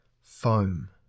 foam